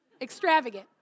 extravagant